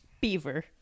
beaver